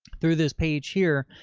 through this page here.